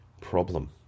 problem